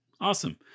awesome